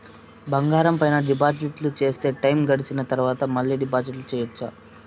బంగారం పైన డిపాజిట్లు సేస్తే, టైము గడిసిన తరవాత, మళ్ళీ డిపాజిట్లు సెయొచ్చా?